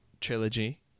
trilogy